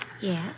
Yes